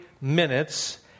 minutes